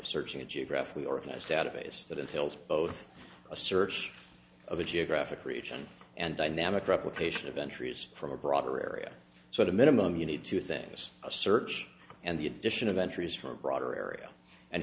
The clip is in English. searching a geographically organized database that entails both a search of a geographic region and dynamic replication of entries from a broader area so the minimum you need to thing is a search and the addition of entries from a broader area and